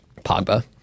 Pogba